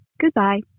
Goodbye